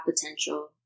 potential